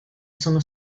sono